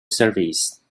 service